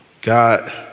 God